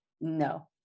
no